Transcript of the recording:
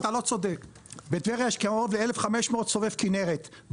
טבריה יש קרוב ל-1,500 סובב כנרת,